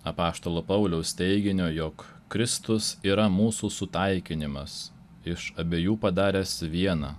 apaštalo pauliaus teiginio jog kristus yra mūsų sutaikinimas iš abejų padaręs viena